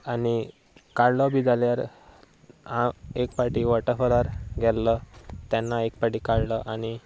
आनी काडलो बी जाल्यार हांव एक फावटी वॉटरफॉलार गेल्लो तेन्ना एक फावट काडलो आनी